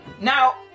Now